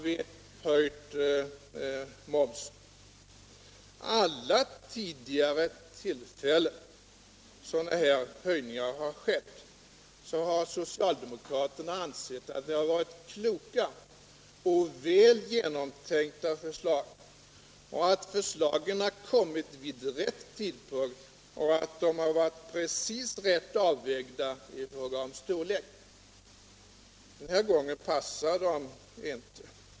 Vid alla tidigare tillfällen sådana här höjningar skett har socialdemokraterna ansett att det varit kloka och väl genomtänkta förslag och att förslagen har kommit vid rätt tidpunkt och att de varit precis rätt avvägda i fråga om storlek. Den här gången passar det inte.